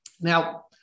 now